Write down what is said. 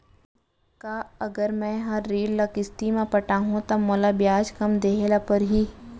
का अगर मैं हा ऋण ल किस्ती म पटाहूँ त मोला ब्याज कम देहे ल परही?